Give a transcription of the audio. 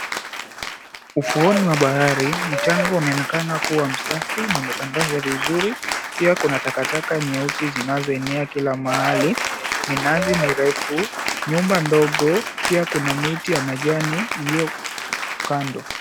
Ufuoni wa bahari mchanga unaonekana kuwa msafi na umetandazwa vizuri. Pia kuna takataka nyeusi zinazoenea kila mahali. Minazi mirefu, nyumba ndogo. Pia kuna miti ya majani iliyo kando.